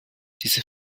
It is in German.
diese